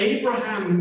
Abraham